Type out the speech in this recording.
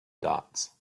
dots